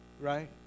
right